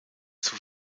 zur